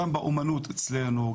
גם באומנות אצלנו,